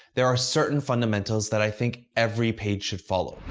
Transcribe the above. there are certain fundamentals that i think every page should follow.